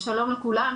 שלום לכולם.